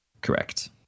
Correct